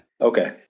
okay